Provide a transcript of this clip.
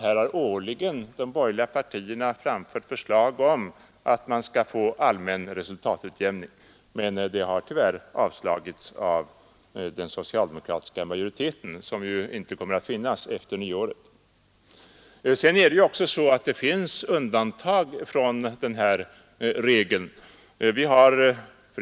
Här har årligen de borgerliga partierna framfört förslag om införande av allmän resultatutjämning, men de förslagen har tyvärr avslagits av den socialdemokratiska majoriteten, som ju inte kommer att finnas efter nyåret. Dessutom finns det ju undantag från den här regeln.